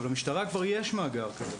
למשטרה כבר יש מאגר כזה,